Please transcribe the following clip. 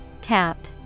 Tap